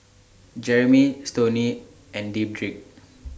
Jeremy Stoney and Dedric